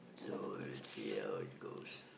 so you'll see how it goes